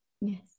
Yes